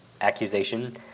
accusation